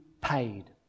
paid